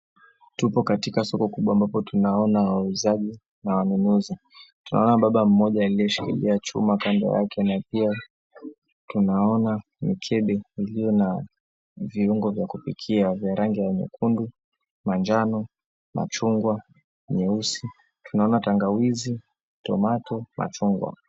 Tupo katika soko kubwa ambapo tunaona wauzaji na wanunuzi. Tunaona baba mmoja aliyeshikilia chuma kando yake na pia tunaona mkebe ulio na viugo vya kupikia vya rangi ya nyekundu, manjano, machungwa, nyeusi. Tunaona tangwazi, tomato na machungwa.